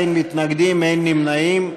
אין מתנגדים, אין נמנעים.